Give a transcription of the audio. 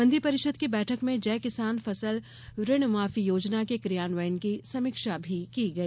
मंत्रिपरिषद की बैठक में जय किसान फसल ऋण माफी योजना के क्रियान्वयन की समीक्षा भी की गई